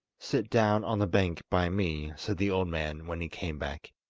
sit down on the bank by me said the old man, when he came back,